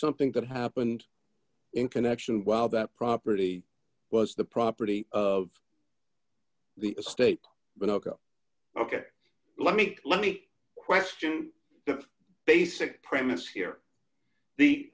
something that happened in connection while that property was the property of the estate but ok ok let me let me question the basic premise here the